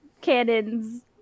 cannons